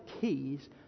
keys